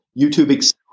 YouTube